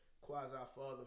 quasi-father